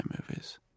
movies